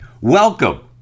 welcome